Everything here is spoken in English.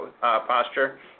posture